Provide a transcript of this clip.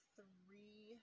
three